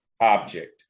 object